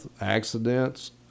accidents